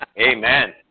amen